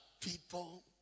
people